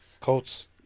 Colts